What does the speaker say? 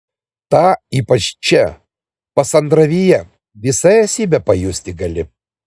tą ypač čia pasandravyje visa esybe pajusti gali